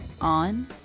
on